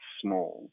small